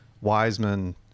Wiseman